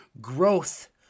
growth